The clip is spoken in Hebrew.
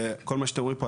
וכל מה שאתם רואים פה,